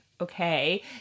Okay